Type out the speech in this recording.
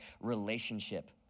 relationship